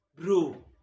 bro